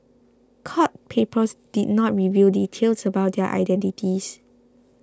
court papers did not reveal details about their identities